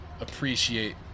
appreciate